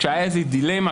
כשהייתה איזו דילמה,